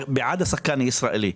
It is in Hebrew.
בעד השחקן הישראלי,